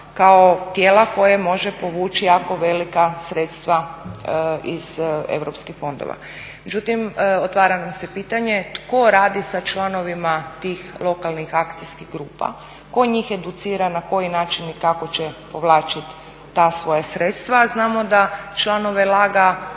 kao tijela koje može povući jako velika sredstva iz europskih fondova. Međutim, otvara mi se pitanje tko radi sa članovima tih lokalnih akcijskih grupa? Tko njih educira na koji način i kako će povlačit ta svoja sredstva, a znamo da članove laga